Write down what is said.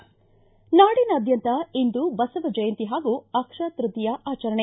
ಿ ನಾಡಿನಾದ್ಯಂತ ಇಂದು ಬಸವ ಜಯಂತಿ ಹಾಗೂ ಅಕ್ಷಯ ತೃತೀಯ ಆಚರಣೆ